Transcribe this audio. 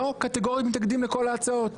לא קטגורית מתנגדים לכל ההצעות.